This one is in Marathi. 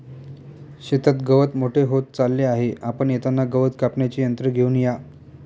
शेतात गवत मोठे होत चालले आहे, आपण येताना गवत कापण्याचे यंत्र घेऊन या